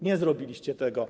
Nie zrobiliście tego.